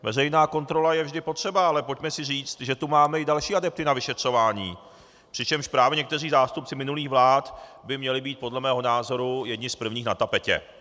Veřejná kontrola je vždy potřeba, ale pojďme si říct, že tu máme i další adepty na vyšetřování, přičemž právě někteří zástupci minulých vlád by měli být podle mého názoru jedni z prvních na tapetě.